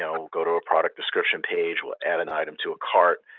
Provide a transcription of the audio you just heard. um we'll go to a product description page. we'll add an item to a cart.